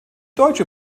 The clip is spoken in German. deutsche